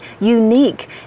unique